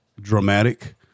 dramatic